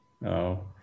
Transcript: No